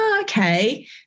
okay